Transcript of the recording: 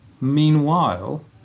Meanwhile